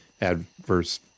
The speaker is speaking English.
adverse